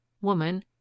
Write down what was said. woman